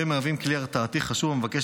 והם מהווים כלי הרתעתי חשוב המבקש